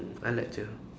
I like too